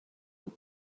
and